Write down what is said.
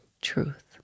truth